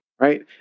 right